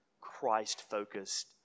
Christ-focused